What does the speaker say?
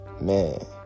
man